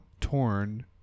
Torn